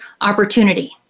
opportunity